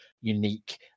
unique